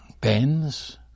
bends